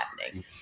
happening